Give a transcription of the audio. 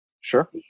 Sure